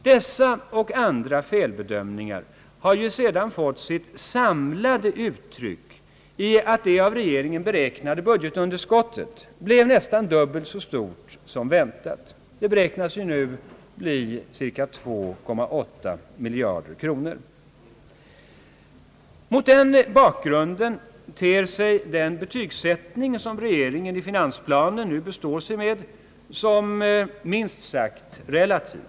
Dessa och andra felbedömningar har sedan fått sitt samlade uttryck i att det av regeringen beräknade budgetunderskottet blev nästan dubbelt så stort som väntat. Det beräknas nu bli cirka 2,8 miljarder kronor. Mot denna bakgrund ter sig den betygssättning som regeringen i finansplanen nu består sig med såsom minst sagt relativ.